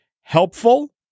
Helpful